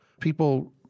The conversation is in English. people